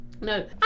No